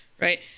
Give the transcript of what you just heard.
Right